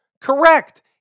Correct